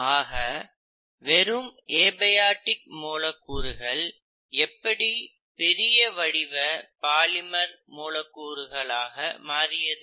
ஆக வெறும் ஏபயாடிக் மூலக்கூறுகள் எப்படி பெரிய வடிவ பாலிமர் மூலக்கூறாக மாறியது